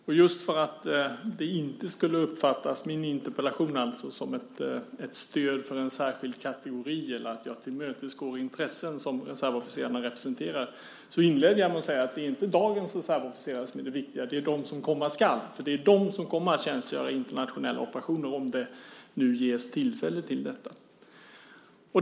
Fru talman! Just för att min interpellation inte skulle uppfattas som ett stöd för en särskild kategori eller att jag tillmötesgår intressen som reservofficerarna representerar inledde jag med att säga att det inte är dagens reservofficerare som är det viktiga. Det är de som komma ska, för det är de som kommer att tjänstgöra i internationella operationer, om det nu ges tillfälle till detta.